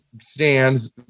stands